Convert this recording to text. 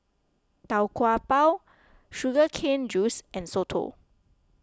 Tau Kwa Pau Sugar Cane Juice and Soto